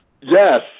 Yes